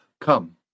come